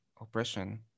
oppression